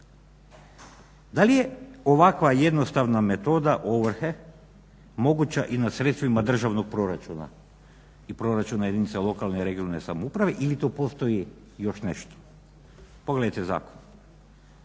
Da li je ovakva jednostavna metoda ovrhe moguća i na sredstvima državnog proračuna i proračuna jedinica lokalne i regionalne samouprave ili to postoji još nešto. Pogledajte zakon,